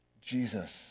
Jesus